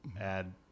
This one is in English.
add